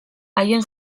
haien